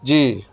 جی